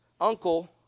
uncle